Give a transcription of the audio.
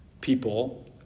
people